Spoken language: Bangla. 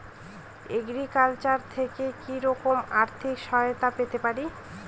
এগ্রিকালচার থেকে কি রকম আর্থিক সহায়তা পেতে পারি?